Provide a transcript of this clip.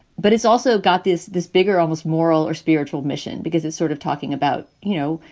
but it's also got this this bigger, almost moral or spiritual mission, because it's sort of talking about, you know,